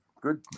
Good